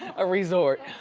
a resort.